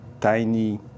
tiny